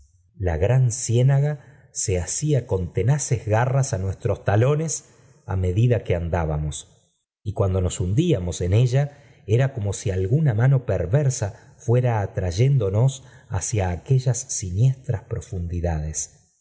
ha gran ciénaga se asía con tenaces garras a nuestros talones á medida que andábamos y can nos hundíamos en ella era corno si alguna mano perversa fuera atrayéndonos hacia aquellas ama s tras profundidades